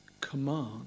command